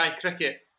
cricket